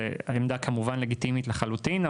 זה עמדה כמובן לגיטימית לחלוטין,